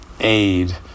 aid